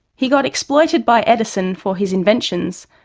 he got exploited by edison for his inventions,